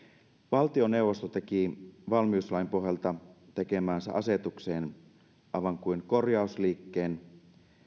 valtioneuvosto teki valmiuslain pohjalta tekemäänsä asetukseen aivan kuin korjausliikkeen